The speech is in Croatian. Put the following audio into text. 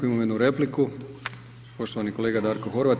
Imamo jednu repliku, poštovani kolega Darko Horvat.